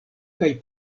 kaj